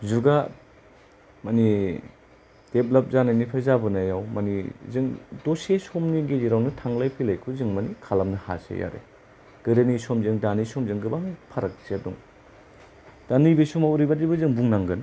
जुगा मानि डेभलप्त जाबोनायनिफ्राय जाबोनायाव माने जों दसे समनि गेजेरावनो थांलाय फैलायखौ जों मानि खालामनो हासै आरो गोदोनि समजों दानि समजों गोबां फारागथिया दं दा नैबे समाव ओरैबादिबो जों बुंनांगोन